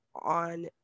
on